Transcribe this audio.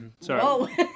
Sorry